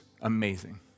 amazing